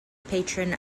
patron